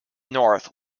north